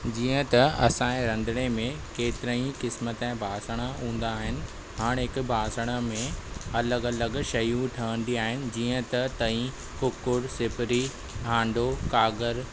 जीअं त असांजे रंधणे में केतिरा ई किस्म जा बासण हूंदा आहिनि हर हिकु बासणु में अलॻि अलॻि शयूं ठहंदी आहिनि जीअं त तई कूकर सिपिरी हाण्डो घाघर